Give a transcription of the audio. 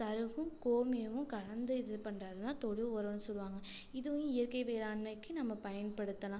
சருகும் கோமியமும் கலந்து இது பண்ணுறது தான் தொழு உரோன்னு சொல்லுவாங்கள் இதுவும் இயற்கை வேளாண்மைக்கு நம்ம பயன்படுத்தலாம்